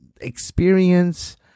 experience